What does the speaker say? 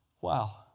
Wow